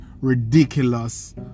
ridiculous